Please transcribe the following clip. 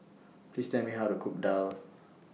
Please Tell Me How to Cook Daal